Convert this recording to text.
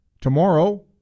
tomorrow